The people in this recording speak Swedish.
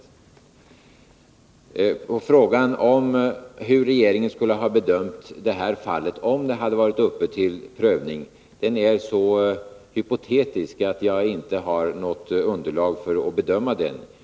Frågan hur regeringen skulle ha bedömt det här fallet om det hade varit uppe till prövning är så hypotetisk att jag inte har något underlag för att besvara den.